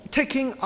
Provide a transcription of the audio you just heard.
，taking